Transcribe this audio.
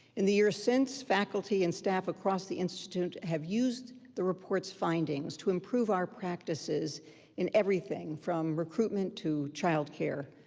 in the years since, faculty and staff across the institute have used the report's findings to improve our practices in everything, from recruitment to child care.